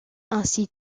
ainsi